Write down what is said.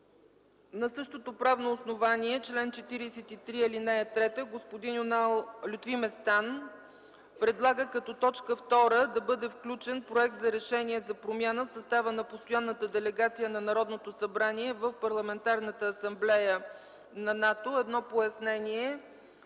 На същото правно основание – чл. 43, ал. 3, господин Лютви Местан предлага като точка втора да бъде включен проект за Решение за промяна в състава на Постоянната делегация на Народното събрание в Парламентарната асамблея на НАТО. Пояснение: